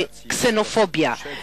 בקסנופוביה,